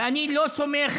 ואני לא סומך